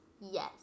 Yes